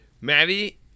Maddie